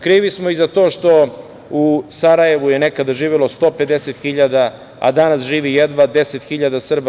Krivi smo i za to što u Sarajevu je nekada živelo 150 hiljada, a danas živi jedva 10 hiljada Srba.